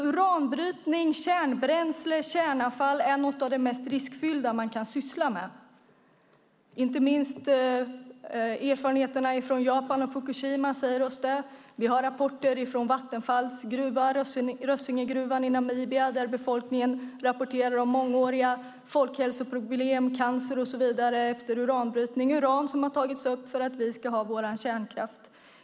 Uranbrytning, kärnbränsle och kärnavfall är något av det mest riskfyllda man kan syssla med. Inte minst erfarenheterna från Japan och Fukushima säger oss det. Vi har rapporter om Vattenfalls gruva, Rössinggruvan i Namibia. Befolkningen där rapporterar om mångåriga folkhälsoproblem, cancer och så vidare, efter urbanbrytning - uran som har tagits upp för att vi ska ha vår kärnkraft.